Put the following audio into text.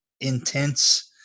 intense